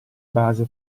base